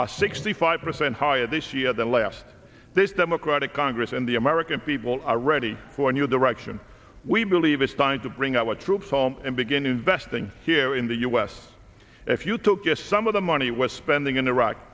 are sixty five percent higher this year than last this democratic congress and the american people are ready for a new direction we believe it's time to bring our troops home and begin investing here in the u s if you took us some of the money we're spending in iraq